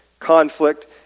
Conflict